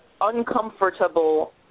uncomfortable